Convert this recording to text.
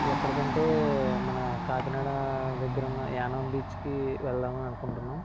అది ఎక్కడికంటే మన కాకినాడా దగ్గర ఉన్న యానం బీచ్ కి వెళ్దాం అని అనుకుంటున్నాం